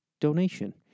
donation